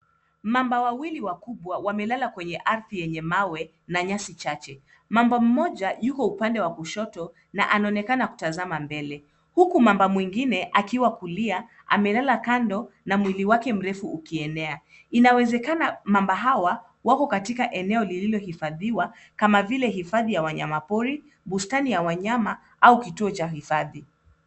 Mamba wawili wakubwa wamelala kwenye arthi yenye mawe na nyasi chache. Mamba mmoja yuko upande wa kushoto na anaonekana kutazama mbele. Huku mamba mwingine akiwa kulia amelala kando na mwili wake mrefu ukienea . Inawezekana mamba hawa wako katika eneo lililo hifathiwa kama vile hifathi ya wanyama pori bustani ya wanayama ama kituo cha hifathi.